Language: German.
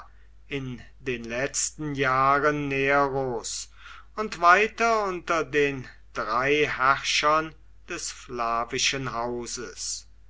in den letzten jahren neros und weiter unter den drei herrschern des flavischen hauses